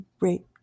raped